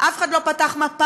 אף אחד לא פתח מפה,